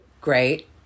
great